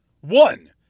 One